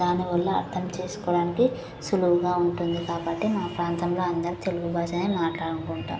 దానివల్ల అర్థం చేసుకోవడానికి సులువుగా ఉంటుంది కాబట్టి మా ప్రాంతంలో అందరూ తెలుగు భాషనే మాట్లాడుకుంటాము